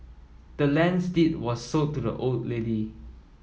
the land's deed was sold to the old lady